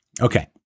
Okay